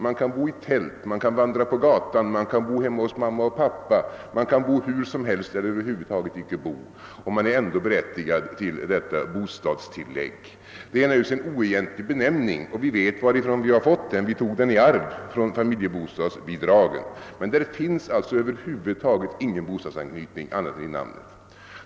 Man kan bo i tält, man kan vandra på gatan, man kan bo hemma hos mamma och pappa, man kan bo hur som helst eller över huvud taget icke bo, och man är ändå berättigad till detta »bostadstillägg». Detta är naturligtvis en oegentlig benämning, som vi tog i arv från familjebostadsbidraget. Men där finns alltså över huvud taget ingen bostadsanknytning annat än i namnet.